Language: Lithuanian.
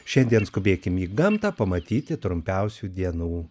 šiandien skubėkim į gamtą pamatyti trumpiausių dienų